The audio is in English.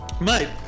mate